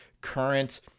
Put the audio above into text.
current